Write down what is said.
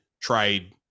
trade